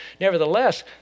nevertheless